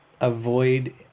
avoid